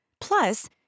Plus